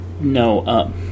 No